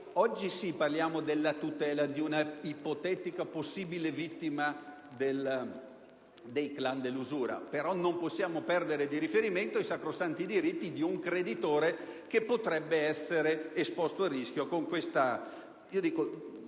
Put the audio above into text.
Oggi parliamo della tutela di un'ipotetica vittima dei clan dell'usura, però non possiamo perdere di vista i sacrosanti diritti di un creditore, che potrebbe essere esposto a rischio